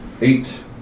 eight